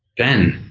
ben.